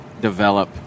develop